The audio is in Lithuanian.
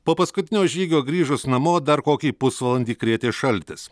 po paskutinio žygio grįžus namo dar kokį pusvalandį krėtė šaltis